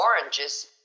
oranges